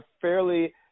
fairly